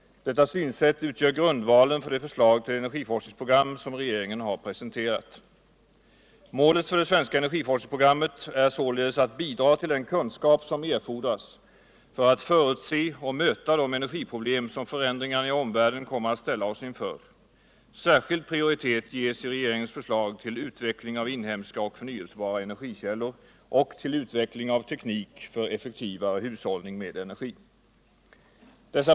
Detta synsätt utgör grundvalen för det förslag till energiforskningsprogram som regeringen presenterat. Målet för det svenska cnergiforskningsprogrammet är således att bidra till den kunskap som erfordras för att förutse och möta de energiproblem som förändringarna i framtiden kommer att ställa oss inför. Särskild prioritet ges i regeringens förslag till inhemska och förnyelsebara energikällor och till utveckling av teknik för effektivare hushållning med energi.